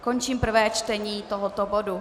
Končím prvé čtení tohoto bodu.